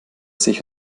sich